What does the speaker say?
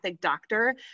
doctor